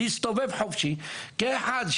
להסתובב חופשי כאחד,